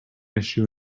issue